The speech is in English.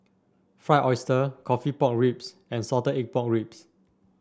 Fried Oyster coffee Pork Ribs and Salted Egg Pork Ribs